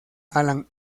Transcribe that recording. alan